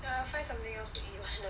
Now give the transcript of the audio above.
ya find something else to eat first